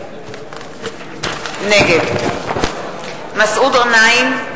נגד מסעוד גנאים,